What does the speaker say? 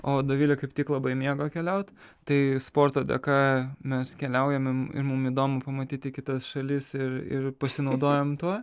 o dovilė kaip tik labai mėgo keliaut tai sporto dėka mes keliaujam ir mum įdomu pamatyti kitas šalis ir ir pasinaudojam tuo